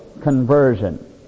conversion